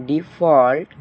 default